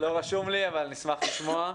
לא רשום לי, אבל נשמח לשמוע.